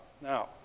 Now